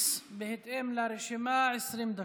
בהתאם לרשימה, 20 דקות.